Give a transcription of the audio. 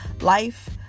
life